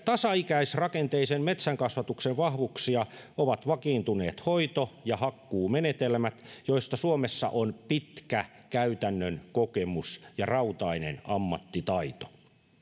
tasaikäisrakenteisen metsänkasvatuksen vahvuuksia ovat vakiintuneet hoito ja hakkuumenetelmät joista suomessa on pitkä käytännön kokemus ja rautainen ammattitaito